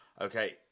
Okay